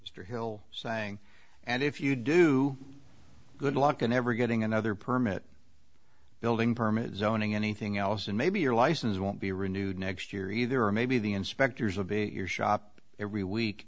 mr hill saying and if you do good luck in ever getting another permit building permit zoning anything else and maybe your license won't be renewed next year either or maybe the inspectors of your shop every week